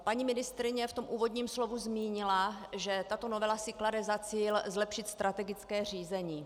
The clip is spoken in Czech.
Paní ministryně ve svém úvodním slovu zmínila, že tato novela si klade za cíl zlepšit strategické řízení.